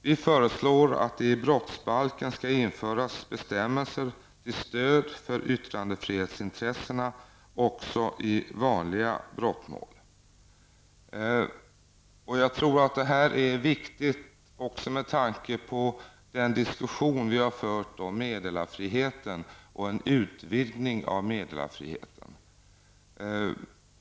Vi föreslår att det i brottsbalken skall införas bestämmelser till stöd för yttrandefrihetsintressena också i vanliga brottmål. Jag tror att detta är viktigt även med tanke på den diskussion vi har fört om meddelarfriheten och en utvidgning av meddelarfriheten.